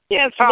Yes